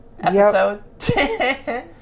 episode